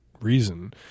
reason